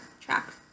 track